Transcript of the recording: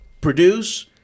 produce